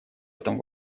этом